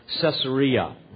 Caesarea